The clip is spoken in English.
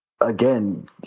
again